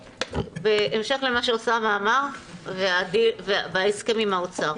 בהמשך למה שאוסאמה אמר וההסכם עם האוצר,